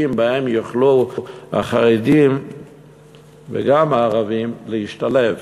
שבהם יוכלו החרדים וגם הערבים להשתלב.